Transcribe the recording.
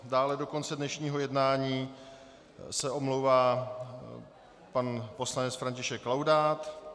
Dále do konce dnešního jednání se omlouvá pan poslanec František Laudát.